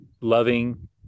loving